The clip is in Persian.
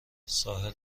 ساحل